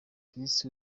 kris